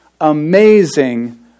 amazing